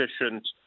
efficient